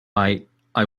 i—i